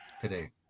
Today